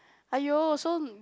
!aiyo! so